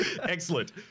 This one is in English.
excellent